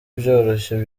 byoroshye